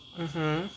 mmhmm